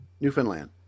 newfoundland